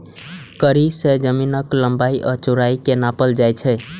कड़ी सं जमीनक लंबाइ आ चौड़ाइ कें नापल जाइ छै